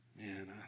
Man